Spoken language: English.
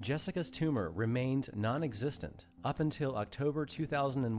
jessica's tumor remained nonexistent up until october two thousand and